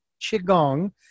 Qigong